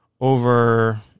over